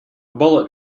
bullet